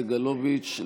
סגלוביץ',